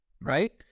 right